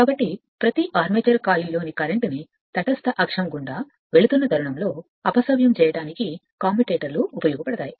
కాబట్టి ప్రతి ఆర్మేచర్ కాయిల్లోని కరెంట్ను తటస్థ అక్షం గుండా వెళుతున్న తరుణంలో అపసవ్యం చేయడానికి కమ్యుటేటర్లు ఉపయోగపడతాయి